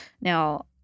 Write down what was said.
Now